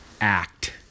act